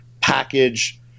package